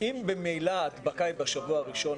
אם ממילא ההדבקה היא בשבוע הראשון,